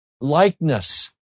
likeness